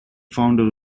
founder